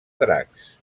dracs